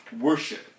worship